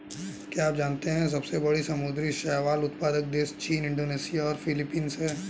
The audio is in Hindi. क्या आप जानते है सबसे बड़े समुद्री शैवाल उत्पादक देश चीन, इंडोनेशिया और फिलीपींस हैं?